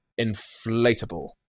inflatable